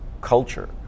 culture